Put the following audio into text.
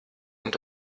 und